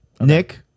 Nick